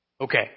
Okay